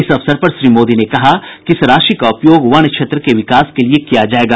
इस अवसर पर श्री मोदी ने कहा कि इस राशि का उपयोग वन क्षेत्र के विकास के लिए किया जायेगा